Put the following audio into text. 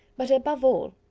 but above all,